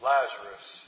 Lazarus